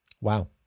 Wow